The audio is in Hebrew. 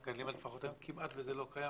היום כמעט שזה לא קיים,